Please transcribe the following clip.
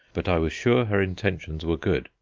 but i was sure her intentions were good.